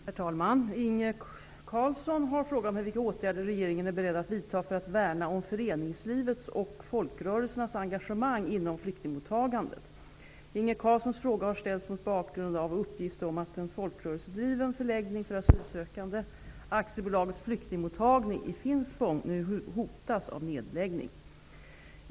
Herr talman! Inge Carlsson har frågat mig vilka åtgärder regeringen är beredd att vidta för att värna om föreningslivets och folkrörelsernas engagemang inom flyktingmottagandet. Inge Carlssons fråga har ställts mot bakgrund av uppgift om att en folkrörelsedriven förläggning för asylsökande, AB Flyktingmottagning i Finspång, nu hotas av nedläggning.